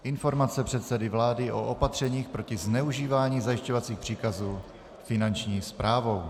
Informace předsedy vlády o opatřeních proti zneužívání zajišťovacích příkazů Finanční správou